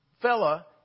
fella